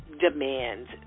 demands